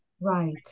Right